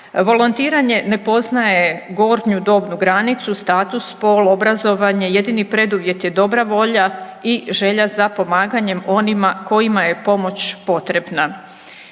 Volontiranje ne poznaje gornju dobnu granicu, status, spol, obrazovanje, jedini preduvjet je dobra volja i želja za pomaganjem onima kojima je pomoć potrebna.